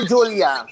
Julia